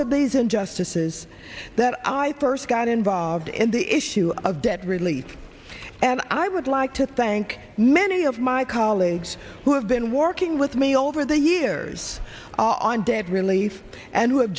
of these injustices that i pursed got involved in the issue of debt relief and i would like to thank many of my colleagues who have been working with me over the years on debt relief and who have